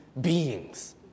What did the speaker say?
beings